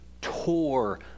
tore